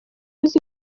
uzi